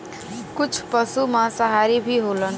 कुछ पसु मांसाहारी भी होलन